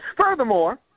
Furthermore